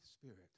Spirit